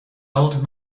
old